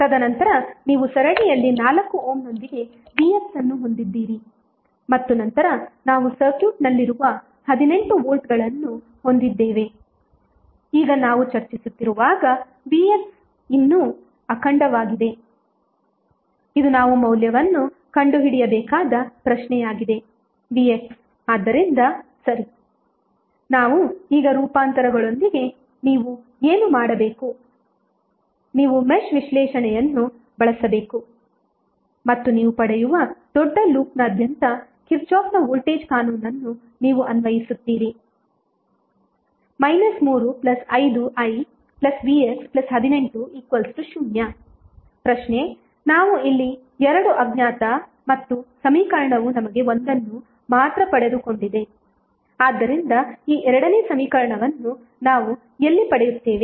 ತದನಂತರ ನೀವು ಸರಣಿಯಲ್ಲಿ 4 ಓಮ್ ನೊಂದಿಗೆ vx ಅನ್ನು ಹೊಂದಿದ್ದೀರಿ ಮತ್ತು ನಂತರ ನಾವು ಸರ್ಕ್ಯೂಟ್ನಲ್ಲಿರುವ 18 ವೋಲ್ಟ್ಗಳನ್ನು ಹೊಂದಿದ್ದೇವೆ ಈಗ ನಾವು ಚರ್ಚಿಸುತ್ತಿರುವಾಗ vx ಇನ್ನೂ ಅಖಂಡವಾಗಿದೆ ಇದು ನಾವು ಮೌಲ್ಯವನ್ನು ಕಂಡುಹಿಡಿಯಬೇಕಾದ ಪ್ರಶ್ನೆಯಾಗಿದೆ vx ಆದ್ದರಿಂದ ಸರಿ ನಾವು ಈಗ ರೂಪಾಂತರಗಳೊಂದಿಗೆ ನೀವು ಏನು ಮಾಡಬೇಕು ನೀವು ಮೆಶ್ ವಿಶ್ಲೇಷಣೆಯನ್ನು ಬಳಸಬೇಕು ಮತ್ತು ನೀವು ಪಡೆಯುವ ದೊಡ್ಡ ಲೂಪ್ನಾದ್ಯಂತ ಕಿರ್ಚಾಫ್ನ ವೋಲ್ಟೇಜ್ ಕಾನೂನನ್ನು ನೀವು ಅನ್ವಯಿಸುತ್ತೀರಿ 3 5i vx 18 0 ಪ್ರಶ್ನೆ ನಾವು ಇಲ್ಲಿ ಎರಡು ಅಜ್ಞಾತ ಮತ್ತು ಸಮೀಕರಣವು ನಮಗೆ ಒಂದನ್ನು ಮಾತ್ರ ಪಡೆದುಕೊಂಡಿದೆ ಆದ್ದರಿಂದ ಈ ಎರಡನೇ ಸಮೀಕರಣವನ್ನು ನಾವು ಎಲ್ಲಿ ಪಡೆಯುತ್ತೇವೆ